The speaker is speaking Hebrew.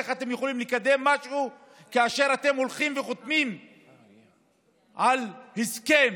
איך אתם יכולים לקדם משהו כאשר אתם הולכים וחותמים על הסכם